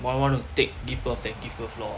want want to take give birth then give birth lor